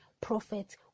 prophet